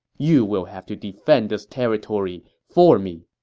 you will have to defend this territory for me.